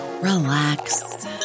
relax